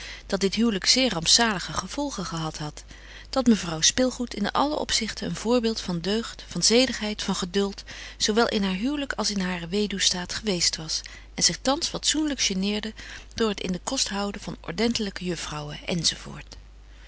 dat dit huwlyk zeer rampzalige gevolgen gehad hadt dat mevrouw spilgoed in allen opzichte een voorbeeld van deugd van zedigheid van geduld zo wel in haar huwlyk als in haren weduwstaat geweest was en zich thans fatsoenlyk geneerde door het in den kost houden van ordentlyke juffrouwen